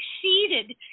succeeded